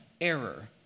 error